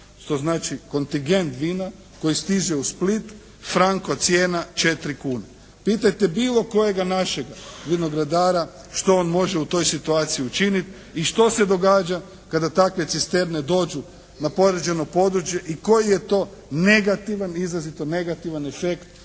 što znači kontigent vina koji stiže u Split, franko cijena 4 kuna. Pitajte bilo kojega našega vinograda što on može u toj situaciji učiniti i što se događa kada takve cisterne dođu na podređeno područje i koji je to negativan, izrazito negativan efekt